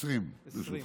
תודה רבה.